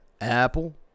Apple